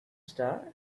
star